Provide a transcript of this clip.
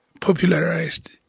popularized